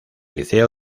liceo